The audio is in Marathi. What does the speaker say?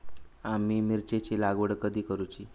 आम्ही मिरचेंची लागवड कधी करूची?